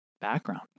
background